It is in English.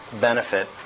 benefit